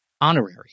Honorary